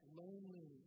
lonely